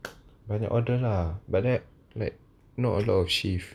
but the order lah but then like not a lot of shift